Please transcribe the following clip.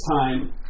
time